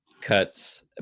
cuts